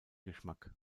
geschmack